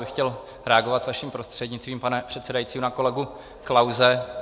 Chtěl bych reagovat vaším prostřednictvím, pane předsedající, na kolegu Klause.